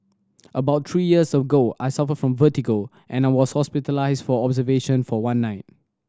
about three years ago I suffered from vertigo and was hospitalised for observation for one night